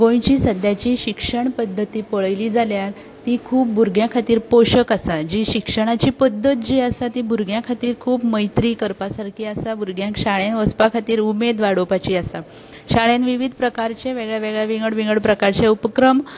गोंयची सद्याची शिक्षण पद्दती पळयली जाल्यार ती खूब भुरग्यां खातीर पोश्टक आसा जी शिक्षणाची पद्दत जी आसा ती भुरग्यांक खूब मैत्री करपा सारकी आसा भुरग्यांक शाळेंत वचपाक खातीर उमेद वाडोवपाची आसा शाळेंत विविध प्रकारचे वेगळे वेगळे विंगड विंगड प्रकारचे उपक्रम